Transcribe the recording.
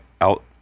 out